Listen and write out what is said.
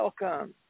Welcome